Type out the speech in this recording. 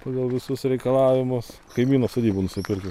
pagal visus reikalavimus kaimyno sodybų nusipirkį